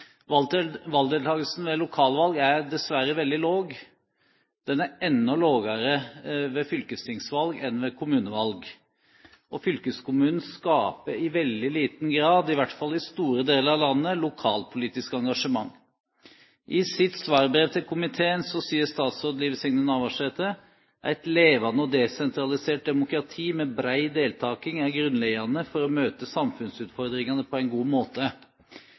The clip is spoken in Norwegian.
befolkningen. Valgdeltakelsen ved lokalvalg er dessverre veldig lav, og den er enda lavere ved fylkestingsvalg enn ved kommunevalg. Fylkeskommunen skaper i veldig liten grad – i hvert fall i store deler av landet – lokalpolitisk engasjement. I sitt svarbrev til komiteen sier statsråd Liv Signe Navarsete: «Eit levande og desentralisert demokrati med brei deltaking er grunnleggjande for å kunna møta samfunnsutfordringane på ein god måte.»